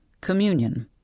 Communion